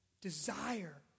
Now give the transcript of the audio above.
desire